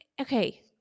okay